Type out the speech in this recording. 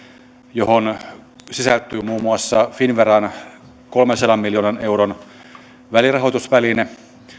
johon sisältyy muun muassa finnveran kolmensadan miljoonan euron välirahoitusväline